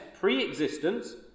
pre-existence